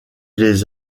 les